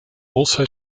also